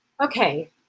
okay